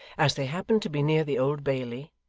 as they happened to be near the old bailey,